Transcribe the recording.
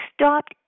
stopped